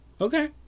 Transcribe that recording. Okay